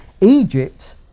Egypt